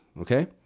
Okay